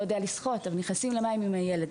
לשחות ונכנסים למים עם הילד.